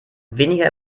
weniger